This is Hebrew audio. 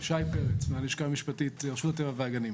אני מהלשכה המשפטית, רשות הטבע והגנים.